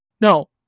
No